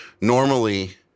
normally